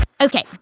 Okay